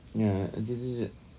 ya actually